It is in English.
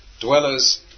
dwellers